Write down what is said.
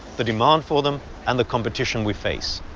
the demand for them and the competition we face.